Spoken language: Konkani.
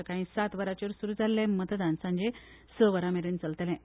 सकाळीं सात वरांचेर सुरू जाल्लें मतदान सांजे स वरां मेरेन चल्लें